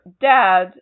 dad